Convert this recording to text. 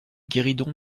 guéridon